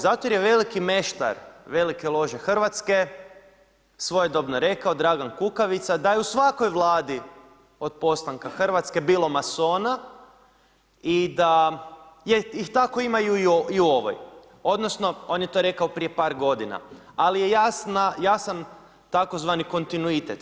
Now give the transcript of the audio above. Zato jer je veliki meštar velike lože hrvatske svoje dobno rekao, Dragan Kukavica, da je u svakoj Vladi od postanka Hrvatske bilo masona i da je i tako imaju i u ovoj odnosno on je to rekao prije par godina. ali je jasan tzv. kontinuitet.